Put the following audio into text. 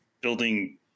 building